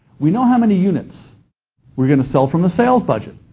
we know how many units we're going to sell from the sales budget,